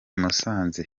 musanze